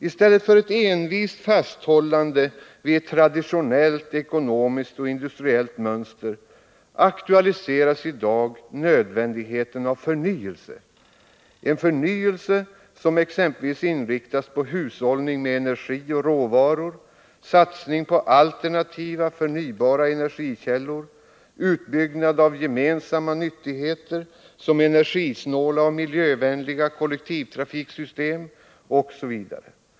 I stället för envist fasthållande vid ett traditionellt ekonomiskt och industriellt mönster aktualiseras i dag nödvändigheten av förnyelse, en förnyelse som exempelvis inriktas på hushållning med energi och råvaror, satsning på alternativa förnybara energikällor, utbyggnad av gemensamma nyttigheter som energisnåla och miljövänliga kollektivtrafiksystem.